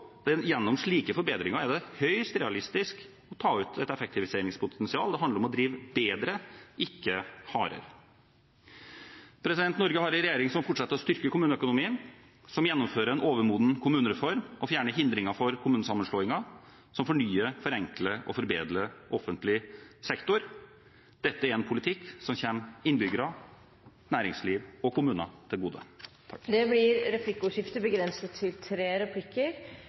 gjennom slike forbedringer er det høyst realistisk å ta ut et effektiviseringspotensial. Det handler om å drive bedre – ikke hardere. Norge har en regjering som fortsetter å styrke kommuneøkonomien, som gjennomfører en overmoden kommunereform, som fjerner hindringer for kommunesammenslåinger, og som fornyer, forenkler og forbedrer offentlig sektor. Dette er en politikk som kommer innbyggere, næringsliv og kommuner til gode. Det blir replikkordskifte.